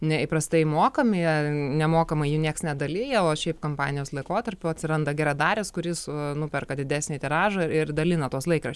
neįprastai mokami nemokamai jų nieks nedalija o šiaip kampanijos laikotarpiu atsiranda geradaris kuris nuperka didesnį tiražą ir dalina tuos laikraščius